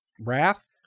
Wrath